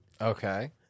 Okay